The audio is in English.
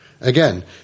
Again